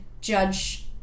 judge